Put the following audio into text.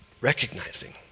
recognizing